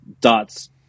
Dot's